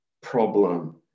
problem